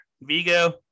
Vigo